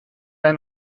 ein